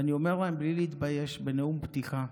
ואני אומר להם בלי להתבייש, בנאום הפתיחה: